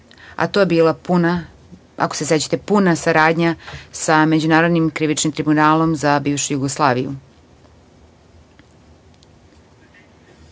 a to je bila, ako se sećate, puna saradnja sa Međunarodnim krivičnim tribunalom za bivšu Jugoslaviju.